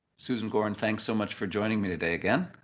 susan gordon, thanks so much for joining me today again.